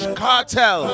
cartel